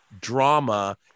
drama